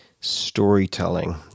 storytelling